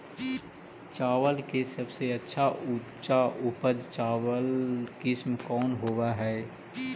चावल के सबसे अच्छा उच्च उपज चावल किस्म कौन होव हई?